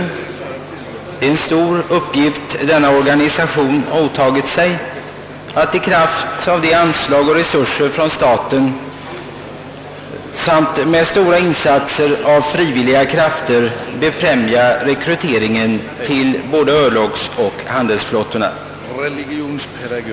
Det är en stor uppgift organisationen påtagit sig, att med de anslag och övriga resurser staten ställer till förfogande samt med stora insatser av frivilliga krafter befrämja rekryteringen till såväl örlogssom handelsflottan.